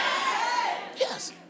Yes